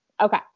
Okay